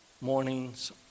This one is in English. mornings